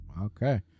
Okay